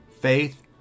faith